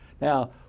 Now